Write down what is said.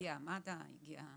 הגיע מד"א, הגיעה